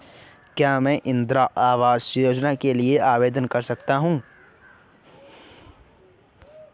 क्या मैं इंदिरा आवास योजना के लिए आवेदन कर सकता हूँ?